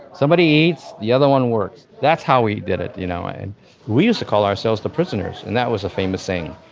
somebody eats, the other one works. that's how we did it. you know and we used to call ourselves the prisoners and that was a famous saying.